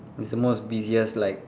it's the most busiest like